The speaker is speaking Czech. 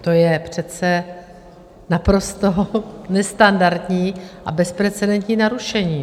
To je přece naprosto nestandardní a bezprecedentní narušení.